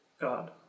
God